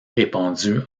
répandue